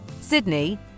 Sydney